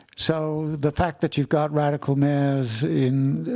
so the fact that you've got radical mayors in